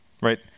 right